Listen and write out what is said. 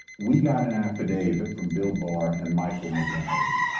we got an affidavit from bill barr and michael mcgarrity.